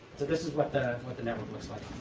so this is what the what the network looks like.